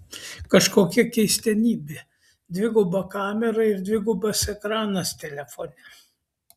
kažkokia keistenybė dviguba kamera ir dvigubas ekranas telefone